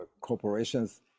corporations